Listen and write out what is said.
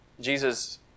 Jesus